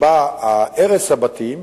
שבו הרס הבתים,